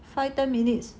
five ten minutes